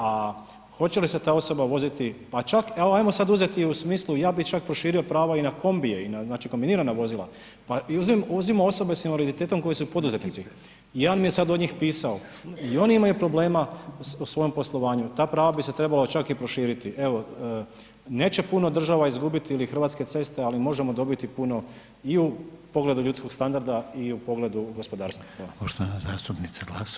A hoće li se ta osoba voziti pa čak, evo ajmo sad uzeti u smislu, ja bi čak proširio prava i na kombije, znači i na kombinirana vozila, pa uzmimo osobe sa invaliditetom koji su poduzetnici, jedan mi je sad od njih pisao, i oni imaju problema u svojem poslovanju, ta prava bi se trebala čak i proširiti, evo neće puno država izgubiti ili Hrvatske ceste ali možemo dobiti puno i u pogledu ljudskog standarda i u pogledu gospodarstva.